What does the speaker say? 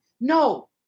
No